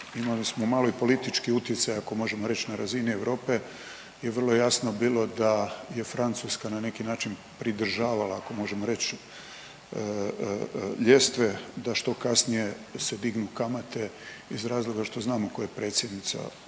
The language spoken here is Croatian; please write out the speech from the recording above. imali smo malo i politički utjecaj ako možemo reći na razini Europe i vrlo je jasno bilo da je Francuska na neki način pridržavala možemo reći ljestve da što kasnije se dignu kamate iz razloga što znamo tko je predsjednice